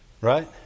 right